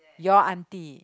your aunty